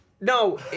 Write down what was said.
No